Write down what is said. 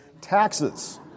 taxes